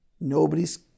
Nobody's